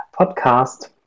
podcast